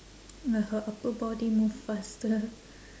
her upper body move faster